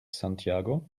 santiago